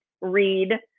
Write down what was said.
read